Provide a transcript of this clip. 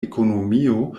ekonomio